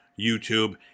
YouTube